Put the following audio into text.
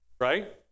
right